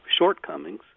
shortcomings